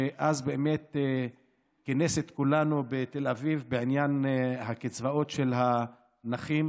שאז באמת כינס את כולנו בתל אביב בעניין הקצבאות של הנכים,